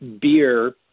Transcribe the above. beer